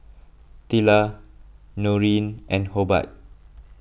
Tilla Noreen and Hobart